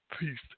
peace